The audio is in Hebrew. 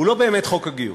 הוא לא באמת חוק הגיוס.